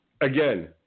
Again